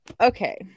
okay